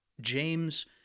James